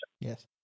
Yes